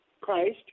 Christ